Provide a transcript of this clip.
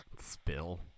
Spill